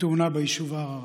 בתאונה ביישוב ערערה.